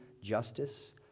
justice